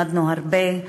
למדנו הרבה,